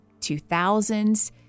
2000s